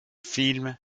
فیلم